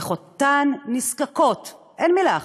איך אותן נזקקות, אין מילה אחרת,